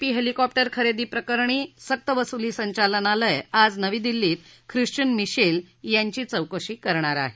P helicopter खरेदी प्रकरणात सक्त वसुली संचालनालय आज नवी दिल्लीत क्रिश्वीयन मिशेल यांची चौकशी करणार आहे